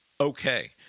okay